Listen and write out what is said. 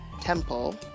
temple